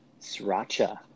Sriracha